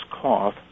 cloth